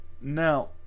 Now